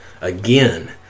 Again